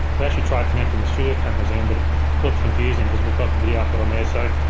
we actually tried connecting the studio cameras in but it looked confusing because we've got the video output on there. so,